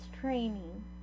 training